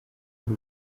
ari